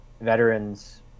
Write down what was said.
veterans